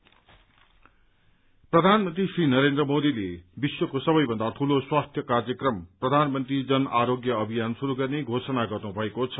ID PM प्रधानमन्त्री नरेन्द्र मोदीले विश्वको सबैभन्दा ठूलो स्वास्थ्य कार्यक्रम प्रधानमन्त्री जन आरोग्य अभियान शुरू गर्ने घोषणा गर्नुभएको छ